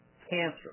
cancer